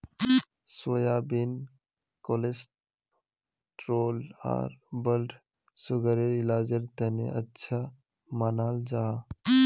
soybean cholesterol आर blood सुगरर इलाजेर तने अच्छा मानाल जाहा